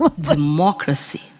democracy